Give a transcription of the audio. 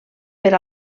per